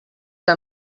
que